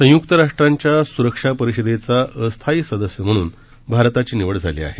संयुक्त राष्ट्रांच्या सुरक्षा परिषदेचा अस्थायी सदस्य म्हणून भारताची निवड झाली आहे